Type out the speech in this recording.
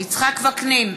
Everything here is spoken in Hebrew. יצחק וקנין,